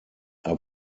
are